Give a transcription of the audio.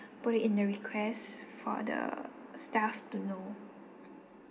put it in the request for the staff to know